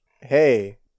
Hey